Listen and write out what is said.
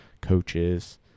coaches